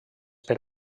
per